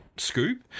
scoop